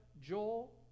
Joel